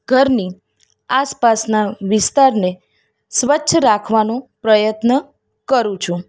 ઘરની આસપાસના વિસ્તારને સ્વચ્છ રાખવાનો પ્રયત્ન કરું છું